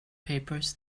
papers